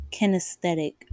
kinesthetic